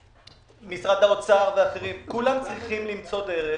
משרד האוצר ואחרים כולם צריכים למצוא דרך